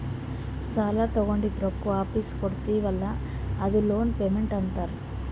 ಸಾಲಾ ತೊಂಡಿದ್ದುಕ್ ರೊಕ್ಕಾ ವಾಪಿಸ್ ಕಟ್ಟತಿವಿ ಅಲ್ಲಾ ಅದೂ ಲೋನ್ ಪೇಮೆಂಟ್ ಅಂತಾರ್